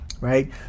right